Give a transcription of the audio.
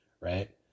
Right